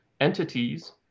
entities—